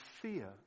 fear